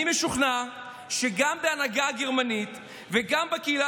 אני משוכנע שגם בהנהגה הגרמנית וגם בקהילה